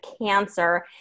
Cancer